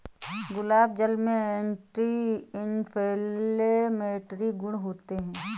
गुलाब जल में anti inflammatory गुण होते हैं